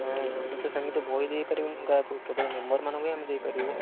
ହୁଁ ଆମେ ତ ସେମିତି ବହି ଦେଇପାରିବୁନି କାହାକୁ କେବଳ ମେମ୍ବର୍ମାନଙ୍କୁ ହିଁ ଆମେ ଦେଇପାରିବୁ